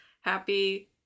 Happy